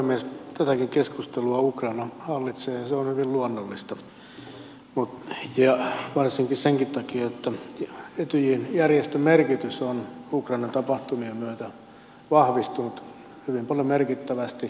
tätäkin keskustelua ukraina hallitsee ja se on hyvin luonnollista varsinkin sen takia että etyj järjestön merkitys on ukrainan tapahtumien myötä vahvistunut hyvin paljon merkittävästi viime vuosiin nähden